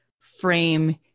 frame